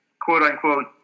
quote-unquote